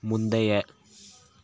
முந்தைய